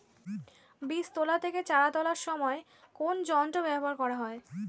বীজ তোলা থেকে চারা তোলার সময় কোন যন্ত্র ব্যবহার করা হয়?